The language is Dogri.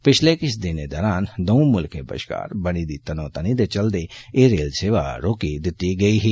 पिछले किष दिनें दौरान दोनें मुल्खें बष्कार बनी दी तनोतनी दे चलदे एह रेल सेवा रोकी दिती गेदी ही